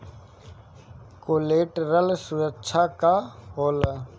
Collateral सुरक्षा का होला?